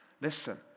Listen